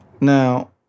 Now